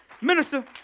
Minister